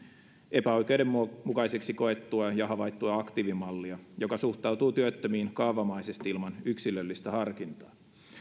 epäoikeudenmukaiseksi koettua ja havaittua aktiivimallia joka suhtautuu työttömiin kaavamaisesti ilman yksilöllistä harkintaa